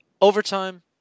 Overtime